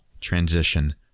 transition